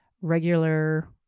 regular